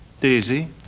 Daisy